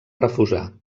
refusar